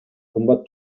кымбат